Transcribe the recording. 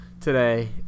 today